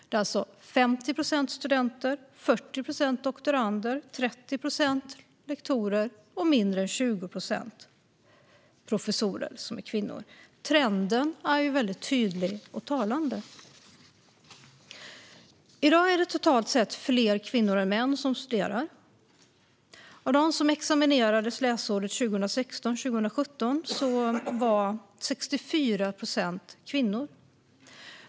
Det är alltså 50 procent studenter, 40 procent doktorander, 30 procent lektorer och mindre än 20 procent professorer som är kvinnor. Trenden är mycket tydlig och talande. I dag är det totalt sett fler kvinnor än män som studerar. Av dem som examinerades läsåret 2016/17 var 64 procent kvinnor.